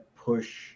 push